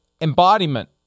embodiment